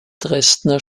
dresdner